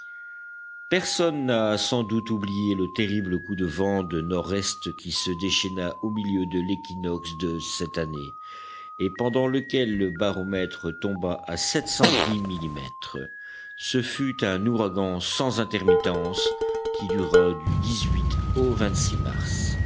personne n'a sans doute oublié le terrible coup de vent de nordest qui se déchaîna au milieu de l'équinoxe de cette année et pendant lequel le baromètre tomba à sept cent dix millimètres ce fut un ouragan sans intermittence qui dura du au mars